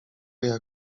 jak